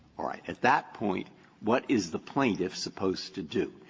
all right. at that point what is the plaintiff supposed to do?